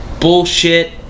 bullshit